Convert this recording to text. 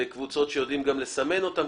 בקבוצות שיודעות גם לסמן אותן,